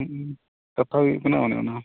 ᱦᱮᱸ ᱠᱟᱛᱷᱟ ᱦᱩᱭᱩᱜ ᱠᱟᱱᱟ ᱚᱱᱮ ᱚᱱᱟ